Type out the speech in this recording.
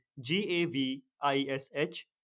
G-A-V-I-S-H